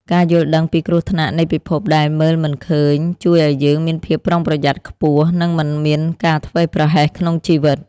ការយល់ដឹងពីគ្រោះថ្នាក់នៃពិភពដែលមើលមិនឃើញជួយឱ្យយើងមានភាពប្រុងប្រយ័ត្នខ្ពស់ និងមិនមានការធ្វេសប្រហែសក្នុងជីវិត។